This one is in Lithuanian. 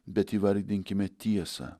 bet įvardinkime tiesą